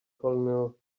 colonel